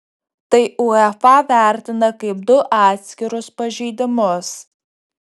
tai uefa vertina kaip du atskirus pažeidimus